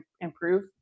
improve